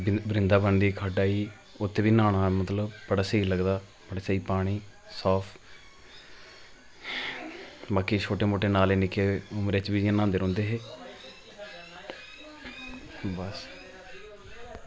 वृंदावन दी खड्ड आई उत्त न्हाना मतलब बड़ा स्हेई लगदा ते बड़ा स्हेई पानी बाकी छोटे मोटे नाले बचपन बिच न्हांदे रौंह्दे हे बस